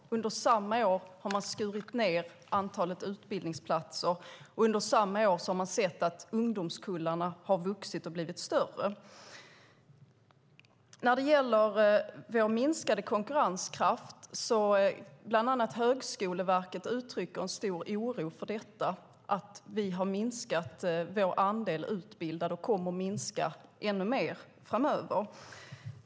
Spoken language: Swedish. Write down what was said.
Under samma år har man skurit ned antalet utbildningsplatser. Under samma år har man sett att ungdomskullarna har vuxit och blivit större. När det gäller vår minskade konkurrenskraft uttrycker bland annat Högskoleverket en stor oro för att vi har minskat vår andel utbildade och kommer att minska den ännu mer framöver.